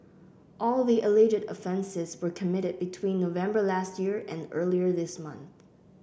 all the alleged offences were committed between November last year and earlier this month